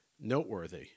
Noteworthy